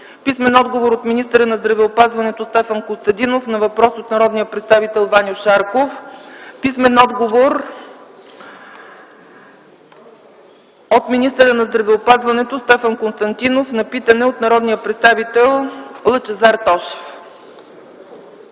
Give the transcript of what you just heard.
Атанасов; - от министъра на здравеопазването Стефан Константинов на въпрос от народния представител Ваньо Шарков; - от министъра на здравеопазването Стефан Константинов на питане от народния представител Лъчезар Тошев.